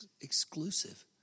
exclusive